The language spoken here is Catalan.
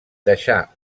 deixà